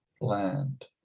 land